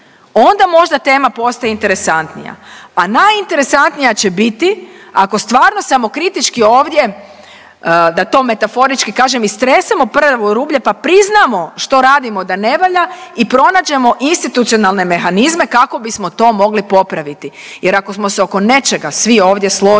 Onda možda tema postaje interesantnija, a najinteresantnija će biti ako stvarno samokritički ovdje da to metaforički kažem istresemo prljavo rublje pa priznamo što radimo da ne valja i pronađemo institucionalne mehanizme kako bismo to mogli popraviti jer ako smo se oko nečega svi ovdje složili